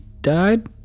died